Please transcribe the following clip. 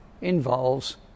involves